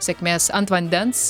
sėkmės ant vandens